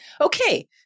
okay